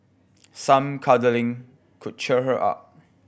some cuddling could cheer her up